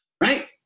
Right